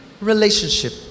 relationship